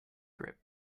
grip